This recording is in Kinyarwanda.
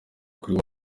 kuri